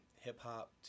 hip-hop